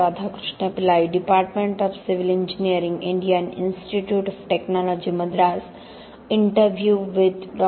राधाकृष्ण स्वागत आहे डॉ